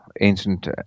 ancient